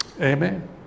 amen